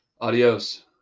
Adios